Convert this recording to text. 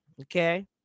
okay